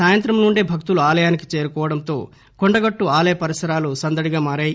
నిన్న సాయంత్రం నుండే భక్తులు ఆలయానికి చేరుకొవటంతో కొండగట్టు ఆలయ పరిసరాలు సందడిగా మారాయి